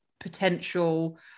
potential